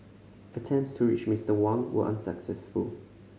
attempts to reach Mister Wang were unsuccessful